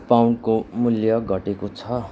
पाउन्डको मूल्य घटेको छ